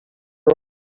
road